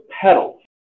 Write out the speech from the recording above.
petals